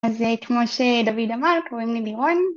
אז כמו שדוד אמר, קוראים לי לירון.